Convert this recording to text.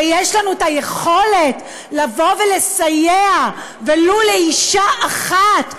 ויש לנו היכולת לבוא ולסייע ולו לאישה אחת,